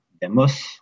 demos